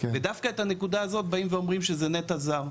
ודווקא את הנקודה הזאת באים ואומרים שזה נטע זר.